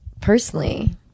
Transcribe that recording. personally